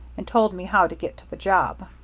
and told me how to get to the job.